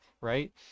right